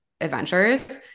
adventures